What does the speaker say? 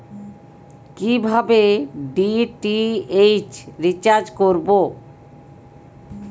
কিভাবে DTH recharge করব?